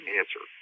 answer